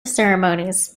ceremonies